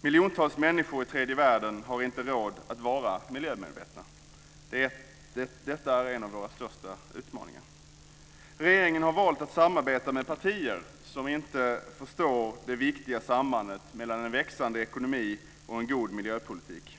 Miljontals människor i tredje världen har inte råd att vara miljömedvetna. Detta är en av våra största utmaningar. Regeringen har valt att samarbeta med partier som inte förstår det viktiga sambandet mellan en växande ekonomi och en god miljöpolitik.